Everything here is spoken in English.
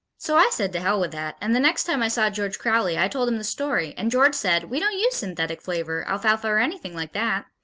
so i said to hell with that and the next time i saw george crowley i told him the story and george said, we don't use synthetic flavor, alfalfa or anything like that.